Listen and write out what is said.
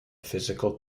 physical